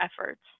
efforts